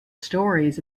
stories